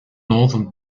northern